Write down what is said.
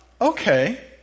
okay